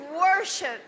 worship